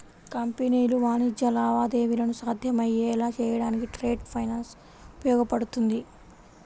కంపెనీలు వాణిజ్య లావాదేవీలను సాధ్యమయ్యేలా చేయడానికి ట్రేడ్ ఫైనాన్స్ ఉపయోగపడుతుంది